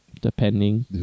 depending